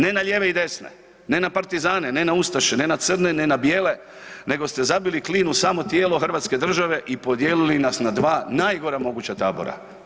Ne na lijeve i desne, ne na partizane, ne na ustaše, ne na crne, ne na bijele, nego ste zabili klin u samo tijelo hrvatske države i podijelili nas na 2 najgora moguća tabora.